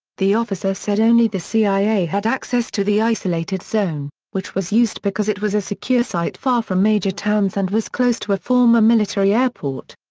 the officer said only the cia had access to the isolated zone, which was used because it was a secure site far from major towns and was close to a former military airport.